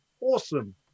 awesome